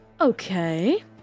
Okay